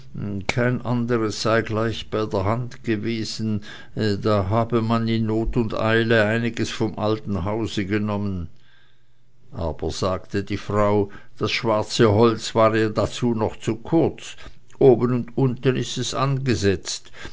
kein anderes sei gleich bei der hand gewesen da habe man in not und eile einiges vom alten hause genommen aber sagte die frau das schwarze stück holz war ja noch dazu zu kurz oben und unten ist es angesetzt